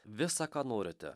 visa ką norite